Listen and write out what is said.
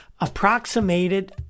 approximated